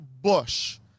bush